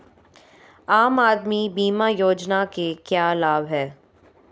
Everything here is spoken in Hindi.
आम आदमी बीमा योजना के क्या लाभ हैं?